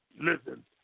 Listen